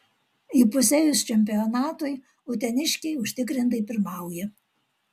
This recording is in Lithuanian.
įpusėjus čempionatui uteniškiai užtikrintai pirmauja